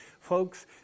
Folks